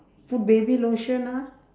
put baby lotion ah